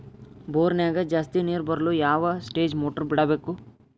ಬೋರಿನ್ಯಾಗ ಜಾಸ್ತಿ ನೇರು ಬರಲು ಯಾವ ಸ್ಟೇಜ್ ಮೋಟಾರ್ ಬಿಡಬೇಕು?